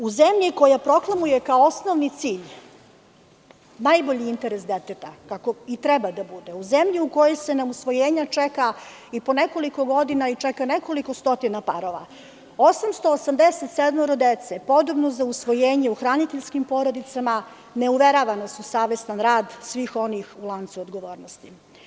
U zemlji koja proklamuje kao osnovni cilj najbolji interes deteta, kako i treba da bude, u zemlji u kojoj se na usvojenje čeka i po nekoliko godina i čeka nekoliko stotina parova,887 dece u hraniteljskim porodicama, podobno za usvojenje, ne uverava nas u savestan rad svih onih u lancu odgovornosti.